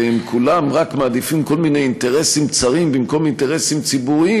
והם כולם רק מעדיפים כל מיני אינטרסים צרים במקום אינטרסים ציבוריים,